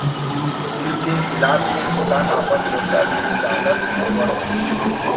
bill के खिलाफ़ में किसान आपन मोर्चा निकालत हउवन